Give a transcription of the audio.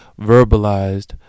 verbalized